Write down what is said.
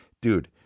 Dude